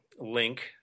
link